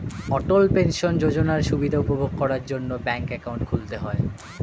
অটল pension যোজনার সুবিধা উপভোগ করার জন্যে ব্যাংকে অ্যাকাউন্ট খুলতে হয়